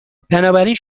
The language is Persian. بنابراین